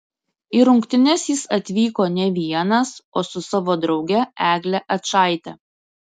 į rungtynes jis atvyko ne vienas o su savo drauge egle ačaite